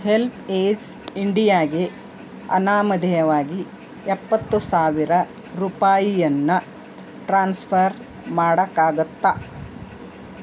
help ಏಸ್ ಇಂಡಿಯಾಗೆ ಅನಾಮಧೇಯವಾಗಿ ಎಪ್ಪತ್ತು ಸಾವಿರ ರೂಪಾಯಿಯನ್ನು ಟ್ರಾನ್ಸ್ಫರ್ ಮಾಡೋಕ್ಕಾಗತ್ತಾ